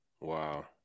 Wow